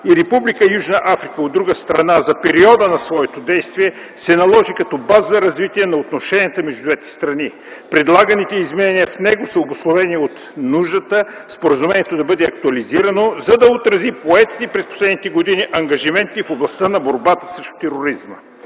Южна Африка, от друга страна, за периода на своето действие се наложи като база за развитие на отношенията между двете страни. Предлаганите изменения в него са обусловени от нуждата споразумението да бъде актуализирано, за да отрази поетите през последните години ангажименти в областта на борбата срещу тероризма,